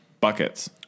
buckets